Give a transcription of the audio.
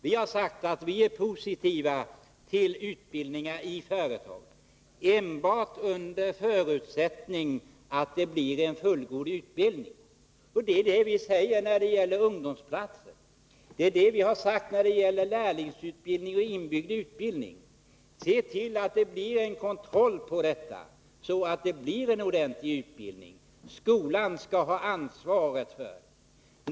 Vi har sagt att vi är positiva till utbildning inom företagen, men enbart under förutsättning att det blir en fullgod utbildning. Det är det vi säger när det gäller ungdomsplatser. Det är det vi har sagt när det gällt lärlingsutbildning och inbyggd utbildning. Se till att det blir en kontroll, så att det blir en ordentlig utbildning! Skolan skall ha ansvaret för den.